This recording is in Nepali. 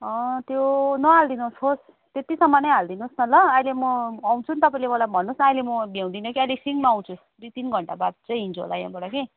अँ त्यो नहालिदिनुहोस् होस् त्यति सामान नै हालिदिनुहोस् न ल अहिले म आउँछु नि तपाईँले मलाई भन्नुहोस् न अहिले म भ्याउँदिन कि अहिले एकछिनमा आउँछु दुई तिन घण्टा बाद चाहिँ हिँड्छु होला यहाँबाट कि